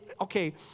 okay